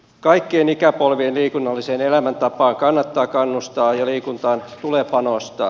kaikkien ikäpolvien liikunnalliseen elämäntapaan kannattaa kannustaa ja liikuntaan tulee panostaa